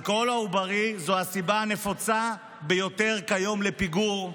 אלכוהול עוברי הוא הסיבה הנפוצה ביותר כיום לפיגור,